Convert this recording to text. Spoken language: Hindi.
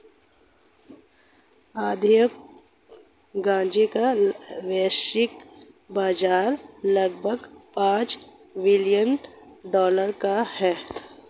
औद्योगिक गांजे का वैश्विक बाजार लगभग पांच बिलियन डॉलर का है